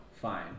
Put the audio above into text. fine